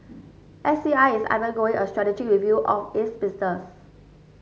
S C I is undergoing a strategic review of its business